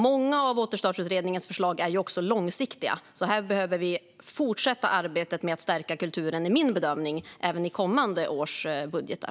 Många av Återstartsutredningens förslag är också långsiktiga, och min bedömning är därför att vi behöver fortsätta arbetet med att stärka kulturen även i kommande års budgetar.